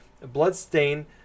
Bloodstain